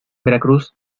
veracruz